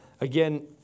Again